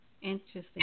Interesting